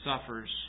suffers